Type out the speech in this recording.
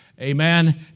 amen